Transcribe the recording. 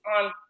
on